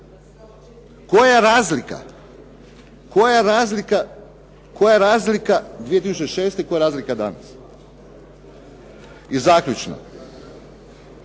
vaše stranke. Koja razlika 2006. i koja je razlika danas? I zaključno,